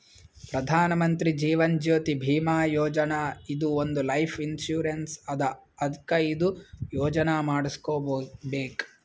ಪ್ರಧಾನ್ ಮಂತ್ರಿ ಜೀವನ್ ಜ್ಯೋತಿ ಭೀಮಾ ಯೋಜನಾ ಇದು ಒಂದ್ life insurance ಅದಾ ಅದ್ಕ ಇದು ಯೋಜನಾ ಮಾಡುಸ್ಕೊಬೇಕ್